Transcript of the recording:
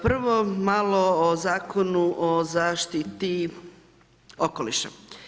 Prvo malo o Zakonu o zaštiti okoliša.